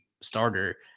starter